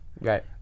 right